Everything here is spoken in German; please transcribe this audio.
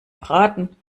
beraten